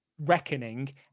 Reckoning